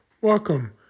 Welcome